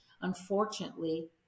unfortunately